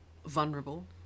Vulnerable